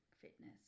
fitness